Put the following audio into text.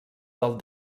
del